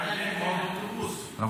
להעביר לוועדת כלכלה, בבקשה.